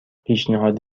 پیشنهاد